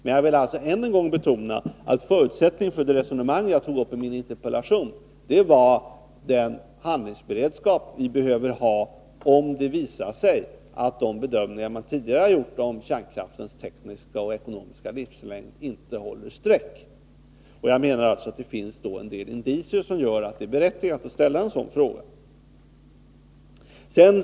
Men jag vill än en gång betona att en förutsättning för det resonemang som jag tog upp i min interpellation var den handlingsberedskap som vi behöver ha, om det visar sig att de bedömningar som tidigare har gjorts om kärnkraftens tekniska och ekonomiska livslängd inte håller streck. Jag menar att det finns vissa indicier som gör att det är berättigat att ställa frågor av det här slaget.